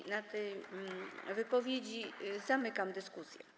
Po tej wypowiedzi zamykam dyskusję.